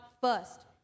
first